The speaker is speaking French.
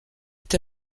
est